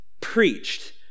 preached